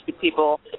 people